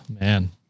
man